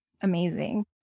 Amazing